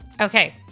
Okay